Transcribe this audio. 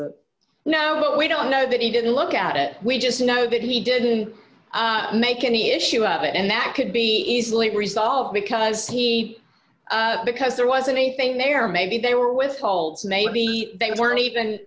what we don't know that he didn't look at it we just know that he didn't make any issue of it and that could be easily resolved because he because there wasn't anything there maybe they were withholds maybe they weren't even